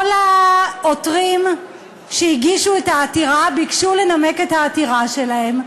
כל העותרים שהגישו את העתירה ביקשו לנמק את העתירה שלהם,